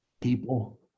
people